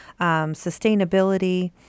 sustainability